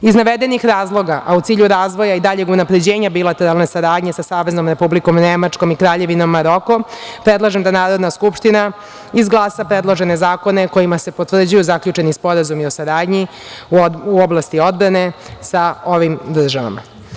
Iz navedenih razloga, a u cilju razvoja i daljeg unapređenja bilateralne saradnje sa Saveznom Republikom Nemačkom i Kraljevinom Marokom, predlažem da Narodna skupština izglasa predložene zakone kojima se potvrđuju zaključeni sporazumi o saradnji u oblasti odbrane sa ovim državama.